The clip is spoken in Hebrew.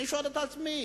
אני שואל את עצמי: